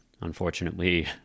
unfortunately